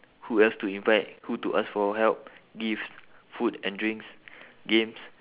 who else to invite who to ask for help gifts food and drinks games